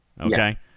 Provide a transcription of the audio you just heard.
Okay